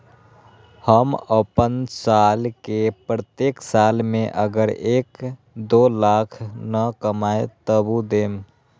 हम अपन साल के प्रत्येक साल मे अगर एक, दो लाख न कमाये तवु देम?